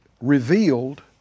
revealed